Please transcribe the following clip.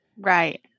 Right